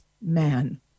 man